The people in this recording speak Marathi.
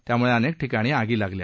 त्यामुळे अनेक ठिकाणी आगी लागल्या